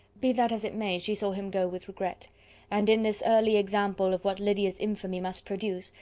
be that as it may, she saw him go with regret and in this early example of what lydia's infamy must produce,